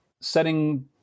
setting